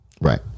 right